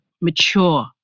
mature